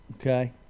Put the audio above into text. Okay